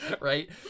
right